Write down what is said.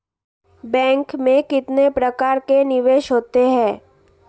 Bank में कितने प्रकार के निवेश होते हैं?